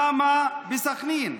למה בסח'נין?